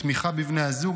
תמיכה בבני הזוג,